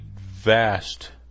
vast